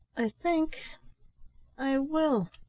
i think i will,